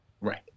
Right